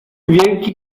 wielki